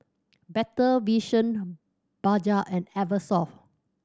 Better Vision Bajaj and Eversoft